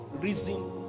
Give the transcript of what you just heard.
reason